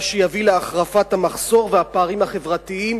מה שיביא להחרפת המחסור והפערים החברתיים,